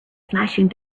flashing